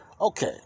Okay